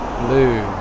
blue